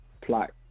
plot